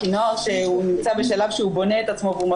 כי נוער שהוא נמצא בשלב שהוא בונה את עצמו ואם